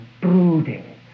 brooding